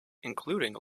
including